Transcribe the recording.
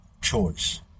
Choice